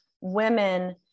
women